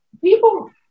People